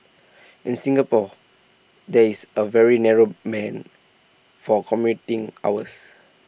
in Singapore there is A very narrow man for commuting hours